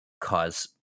cause